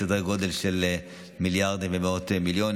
בסדרי גודל של מיליארדים ומאות מיליונים,